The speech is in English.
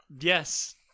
Yes